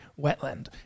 wetland